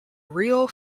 real